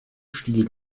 stil